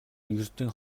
ердийн